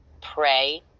pray